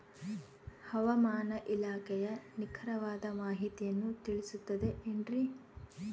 ಹವಮಾನ ಇಲಾಖೆಯ ನಿಖರವಾದ ಮಾಹಿತಿಯನ್ನ ತಿಳಿಸುತ್ತದೆ ಎನ್ರಿ?